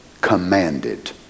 commanded